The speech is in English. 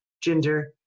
gender